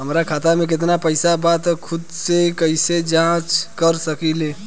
हमार खाता में केतना पइसा बा त खुद से कइसे जाँच कर सकी ले?